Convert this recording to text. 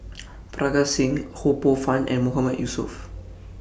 Parga Singh Ho Poh Fun and Mahmood Yusof